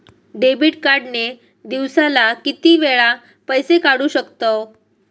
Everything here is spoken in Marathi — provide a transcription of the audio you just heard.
डेबिट कार्ड ने दिवसाला किती वेळा पैसे काढू शकतव?